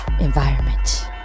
environment